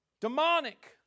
demonic